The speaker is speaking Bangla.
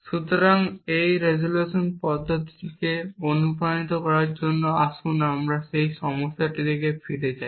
সুতরাং এই রেজোলিউশন পদ্ধতিকে অনুপ্রাণিত করার জন্য আসুন আমরা সেই সমস্যাটিতে ফিরে যাই